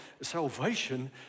salvation